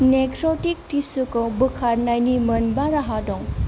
necrotic tissue खौ बोखारनायनि मोनबा राहा दं